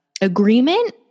Agreement